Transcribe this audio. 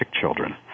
children